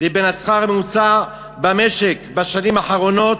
והשכר הממוצע במשק בשנים האחרונות,